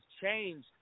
changed